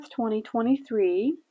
2023